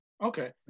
Okay